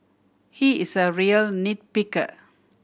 he is a real nit picker